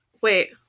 Wait